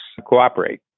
Cooperate